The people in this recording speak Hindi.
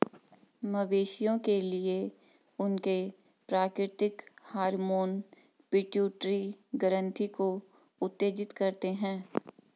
मवेशियों के लिए, उनके प्राकृतिक हार्मोन पिट्यूटरी ग्रंथि को उत्तेजित करते हैं